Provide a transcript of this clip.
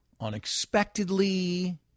unexpectedly